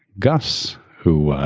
gus, who